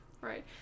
Right